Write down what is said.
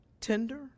tender